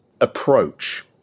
approach